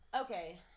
Okay